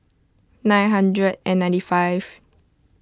nine hundred and ninety five